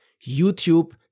YouTube